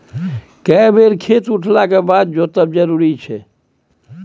के बेर खेत उठला के बाद जोतब जरूरी छै?